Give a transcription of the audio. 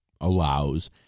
allows